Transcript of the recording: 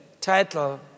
title